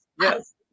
yes